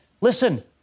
Listen